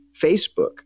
Facebook